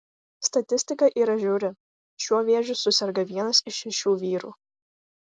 statistika yra žiauri šiuo vėžiu suserga vienas iš šešių vyrų